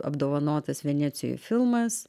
apdovanotas venecijoj filmas